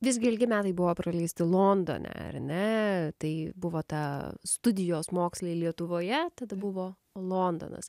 visgi ilgi metai buvo praleisti londone ar ne tai buvo ta studijos mokslai lietuvoje tada buvo londonas